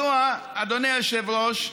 אדוני היושב-ראש,